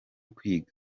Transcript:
kwiga